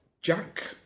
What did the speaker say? Jack